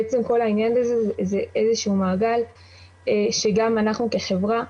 בעצם כל העניין הזה זה איזה שהוא מעגל שגם אנחנו כחברה,